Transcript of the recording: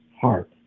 heart